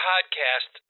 podcast